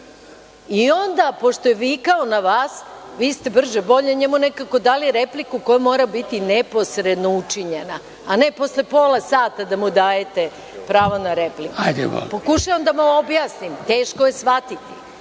Onda, pošto je vikao na vas, vi ste brže bolje njemu nekako dali repliku koja mora biti neposredno učinjena, a ne posle pola sata da mu dajete pravo na repliku. Pokušavam da vam objasnim. Teško je shvatiti,